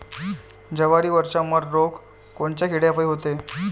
जवारीवरचा मर रोग कोनच्या किड्यापायी होते?